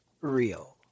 real